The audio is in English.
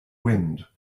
wind